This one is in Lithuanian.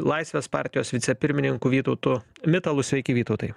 laisvės partijos vicepirmininku vytautu mitalu sveiki vytautai